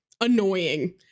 annoying